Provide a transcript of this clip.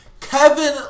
Kevin